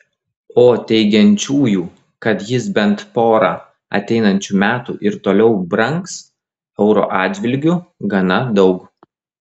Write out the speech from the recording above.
o teigiančiųjų kad jis bent porą ateinančių metų ir toliau brangs euro atžvilgiu gana daug